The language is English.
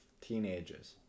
teenagers